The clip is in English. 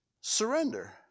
Surrender